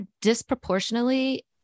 disproportionately